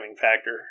factor